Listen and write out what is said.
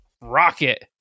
rocket